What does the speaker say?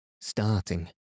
starting